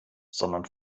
sondern